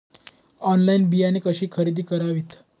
Online बियाणे कशी खरेदी करावीत?